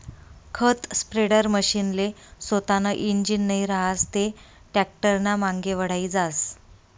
खत स्प्रेडरमशीनले सोतानं इंजीन नै रहास ते टॅक्टरनामांगे वढाई जास